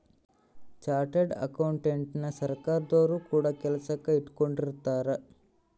chartered ಅಕೌಂಟೆಂಟನ ಸರ್ಕಾರದೊರು ಕೂಡ ಕೆಲಸಕ್ ಇಟ್ಕೊಂಡಿರುತ್ತಾರೆ